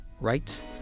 right